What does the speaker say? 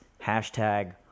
hashtag